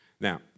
Now